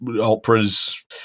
operas